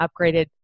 upgraded